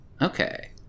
Okay